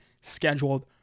scheduled